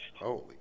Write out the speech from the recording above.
Holy